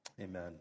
Amen